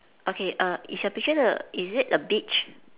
okay err is your picture the is it a beach